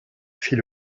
fit